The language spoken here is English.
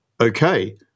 Okay